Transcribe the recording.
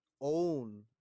own